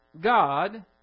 God